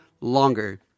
longer